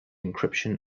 encryption